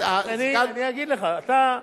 אני אגיד לך, אתה,